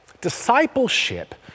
Discipleship